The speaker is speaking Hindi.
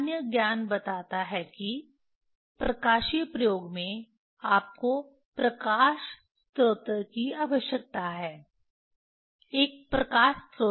सामान्य ज्ञान बताता है कि प्रकाशीय प्रयोग में आपको प्रकाश स्रोत की आवश्यकता है एक प्रकाश स्रोत है